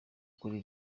kuri